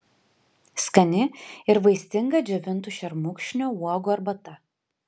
skani ir vaistinga džiovintų šermukšnio uogų arbata